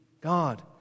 God